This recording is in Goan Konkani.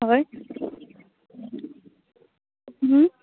हय